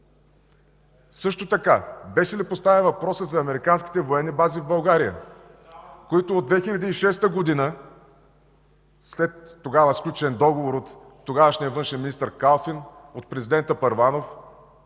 БСП ЛБ.) Беше ли поставен въпросът за американските военни бази в България, за които от 2006 г. след сключен договор от тогавашния външен министър Калфин, от президента Първанов